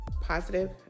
positive